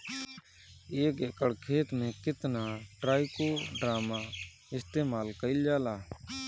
एक एकड़ खेत में कितना ट्राइकोडर्मा इस्तेमाल कईल जाला?